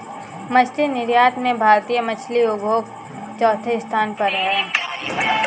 मछली निर्यात में भारतीय मछली उद्योग चौथे स्थान पर है